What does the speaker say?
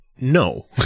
no